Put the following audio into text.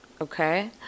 okay